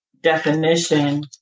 definition